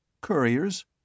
Couriers